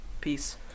Peace